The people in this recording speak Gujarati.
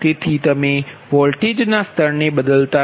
તેથી તમે વોલ્ટેજના સ્તરને બદલતા નથી